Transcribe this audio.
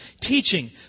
teaching